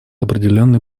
определенный